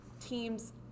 teams